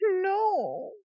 no